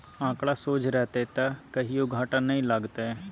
आंकड़ा सोझ रहतौ त कहियो घाटा नहि लागतौ